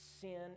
sin